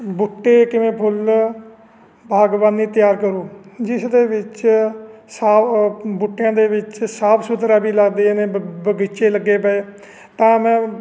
ਬੂਟੇ ਕਿਵੇਂ ਫੁੱਲ ਬਾਗਬਾਨੀ ਤਿਆਰ ਕਰੋ ਜਿਸ ਦੇ ਵਿੱਚ ਸਾਬ ਬੂਟਿਆਂ ਦੇ ਵਿੱਚ ਸਾਫ ਸੁਥਰਾ ਵੀ ਲੱਗਦੇ ਨੇ ਬ ਬਗੀਚੇ ਲੱਗੇ ਪਏ ਤਾਂ ਮੈਂ